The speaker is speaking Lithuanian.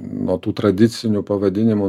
nuo tų tradicinių pavadinimų